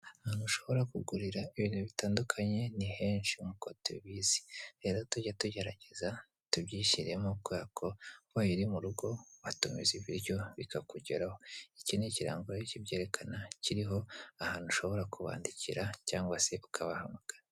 Ahantu ushobora kugurira ibintu bitandukanye ni henshi nk'uko tubizi. Rero tujye tugerageza tubyishyiremo kubera ko ubaye uru mu rugo, watumiza ibiryo bikakugeraho. Iki ni ikirango rero kibyerekana, kiriho ahantu ushobora kubandikira cyangwa se ukabahamagara.